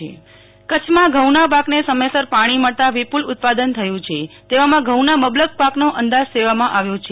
નેહ્લ ઠક્કર ઘઉંનો પાક કચ્છમાં ઘઉંના પાકને સમયસર પાણી મળતા વિપુલ ઉત્પાદન થયું છે તેવામાં ધઉંના મબલક પાકનો અંદાજ સેવવામાં આવ્યો છે